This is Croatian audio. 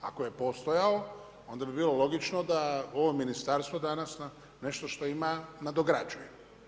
Ako je postojao, onda bi bilo logično da ovo ministarstvo danas nešto što ima nadograđuje.